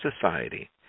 society